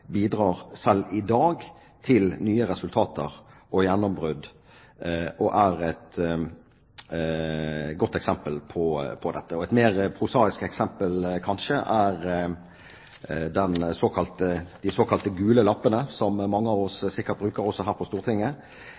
bidrar selv i dag til nye resultater og gjennombrudd, og er et godt eksempel på dette. Et mer prosaisk eksempel, kanskje, er de såkalte gule lappene, som sikkert mange av oss bruker her på Stortinget.